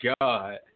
God